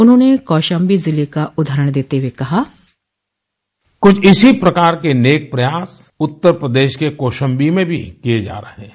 उन्होंने कौशाम्बी जिले का उदाहरण देते हुए कहा कुछ इसी प्रकार के नेक प्रयास उत्तर प्रदेश के कौशाम्बी में भी किये जा रहे हैं